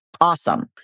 awesome